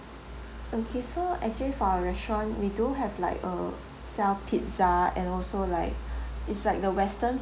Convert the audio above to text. okay so actually for our restaurant we do have like uh sell pizza and also like it's like the western